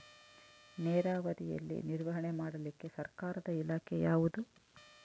ನೇರಾವರಿಯಲ್ಲಿ ನಿರ್ವಹಣೆ ಮಾಡಲಿಕ್ಕೆ ಸರ್ಕಾರದ ಇಲಾಖೆ ಯಾವುದು?